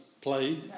play